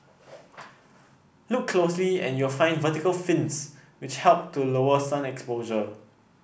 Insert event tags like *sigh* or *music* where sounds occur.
*noise* look closely and you'll find vertical fins which help to lower sun exposure